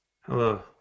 Hello